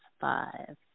five